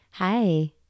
Hi